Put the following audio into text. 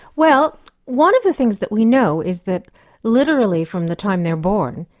well one of the things that we know is that literally from the time they're born,